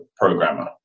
programmer